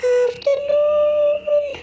afternoon